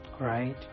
right